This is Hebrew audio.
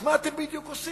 אז מה אתם בדיוק עושים?